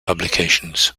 publications